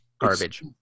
garbage